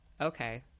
okay